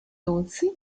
doce